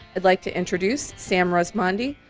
i'd like to introduce sam razmandi,